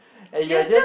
and you are just